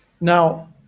now